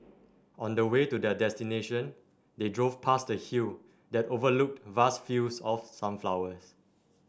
on the way to their destination they drove past a hill that overlooked vast fields of sunflowers